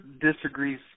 disagrees